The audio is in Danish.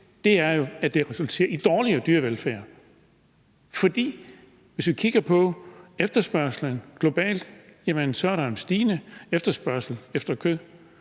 det er jo, at det resulterer i dårligere dyrevelfærd. For hvis vi kigger på efterspørgslen globalt, er der en stigende efterspørgsel efter kød.